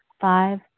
Five